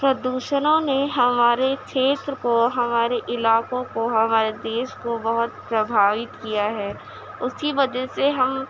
پردوشنوں نے ہمارے چھیتر کو ہمارے علاقوں کو ہمارے دیش کو بہت پربھاوت کیا ہے اسی وجہ سے ہم